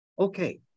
Okay